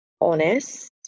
honest